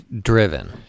Driven